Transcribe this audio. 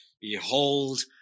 Behold